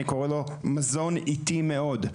אני קורא לו מזון איטי מאוד,